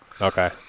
Okay